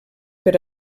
per